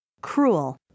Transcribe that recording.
Cruel